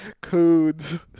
Codes